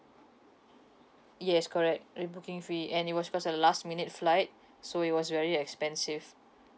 yes correct rebooking fee and it was because of the last minute flight so it was very expensive